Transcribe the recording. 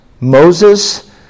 Moses